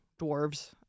dwarves